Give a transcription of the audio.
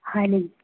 হয় নেকি